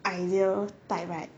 ideal type right